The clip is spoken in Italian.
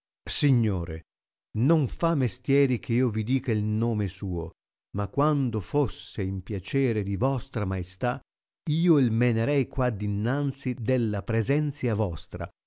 sisnore non fa mestieri che io vi dica il nome suo ma quando fosse in piacere di vostra maestà io il menerei qua dinanzi della presenzia vostra